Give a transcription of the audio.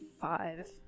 five